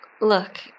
Look